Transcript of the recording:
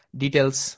details